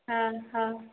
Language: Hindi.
हाँ हाँ